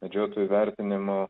medžiotojų vertinimu